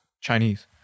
Chinese